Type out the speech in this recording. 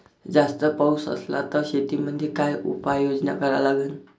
जास्त पाऊस असला त शेतीमंदी काय उपाययोजना करा लागन?